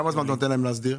כמה זמן אתה נותן להם להסדיר?